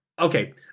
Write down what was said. Okay